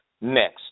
Next